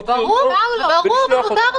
זה מה שנעשה פה בגל הראשון וגם ייעשה שוב.